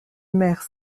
maires